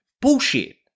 Bullshit